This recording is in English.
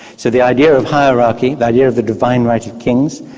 so the idea of hierarchy, the idea of the divine right of kings,